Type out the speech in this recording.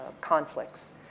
conflicts